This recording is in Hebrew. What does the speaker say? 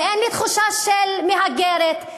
ואין לי תחושה של מהגרת,